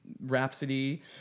Rhapsody